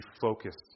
focused